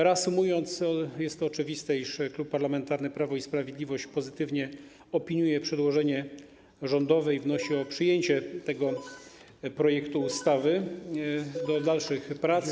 Reasumując: jest to oczywiste, iż Klub Parlamentarny Prawo i Sprawiedliwość pozytywnie opiniuje przedłożenie rządowe i wnosi o przyjęcie tego projektu ustawy do dalszych prac.